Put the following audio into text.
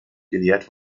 gelehrt